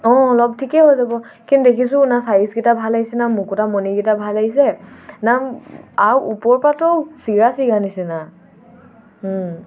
অঁ অলপ ঠিকেই হৈ যাব কিন্তু দেখিছোঁ না চাইজকেইটা ভাল আহিছে না মুকুতা মণিকেইটা ভাল আহিছে না আৰু ওপৰ পাটো চিৰা চিগা নিচিনা